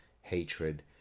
hatred